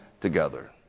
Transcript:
together